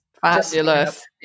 fabulous